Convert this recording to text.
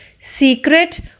secret